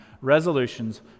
resolutions